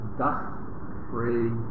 dust-free